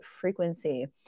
frequency